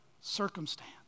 circumstance